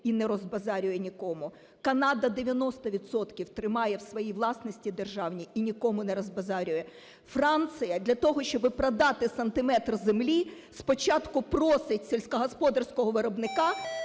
і не розбазарює нікому. Канада 90 відсотків тримає в своїй власності державній і нікому не розбазарює. Франція для того, щоби продати сантиметр землі, спочатку просить сільськогосподарського виробника